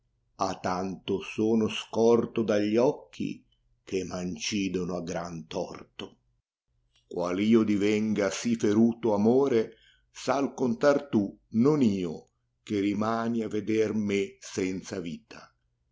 a tanto sono scorto dagli occhi cfa m ancidono a gran torto qaal io divenga si fernto amore sai contar tu non io che rimani a veder me senza vita